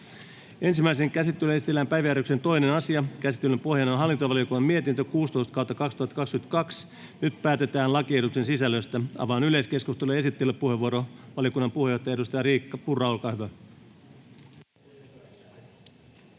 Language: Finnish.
Ensimmäiseen käsittelyyn esitellään päiväjärjestyksen 2. asia. Käsittelyn pohjana on hallintovaliokunnan mietintö HaVM 16/2022 vp. Nyt päätetään lakiehdotuksen sisällöstä. — Avaan yleiskeskustelun. Esittelypuheenvuoro, valiokunnan puheenjohtaja, edustaja Riikka Purra, olkaa hyvä. Herra